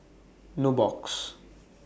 Nubox